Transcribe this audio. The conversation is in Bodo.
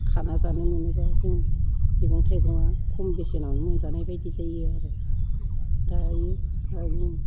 खाना जानो मोनोब्ला जों मैगं थाइगङा खम बेसेनावनो मोनजानाय बायदि जायो आरो दायो